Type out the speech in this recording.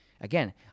Again